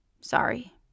Sorry